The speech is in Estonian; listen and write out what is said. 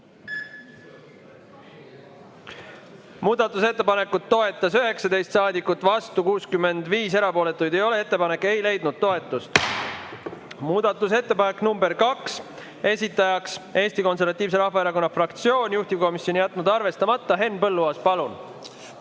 Muudatusettepanekut toetas 19 saadikut, vastu on 65, erapooletuid ei ole. Ettepanek ei leidnud toetust. Muudatusettepanek nr 2, esitaja on Eesti Konservatiivse Rahvaerakonna fraktsioon, juhtivkomisjon on jätnud arvestamata. Henn Põlluaas, palun!